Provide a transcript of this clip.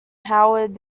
howard